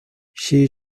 she